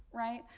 right?